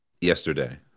yesterday